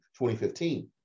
2015